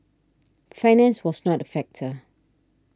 finance was not a factor